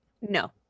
No